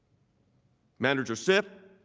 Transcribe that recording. manager schiff,